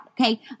okay